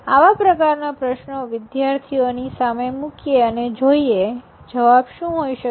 આવા પ્રકારના પ્રશ્નો વિદ્યાર્થીઓ ની સામે મૂકીએ અને જોઈએ જવાબ શું હોય શકે